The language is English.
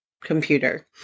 computer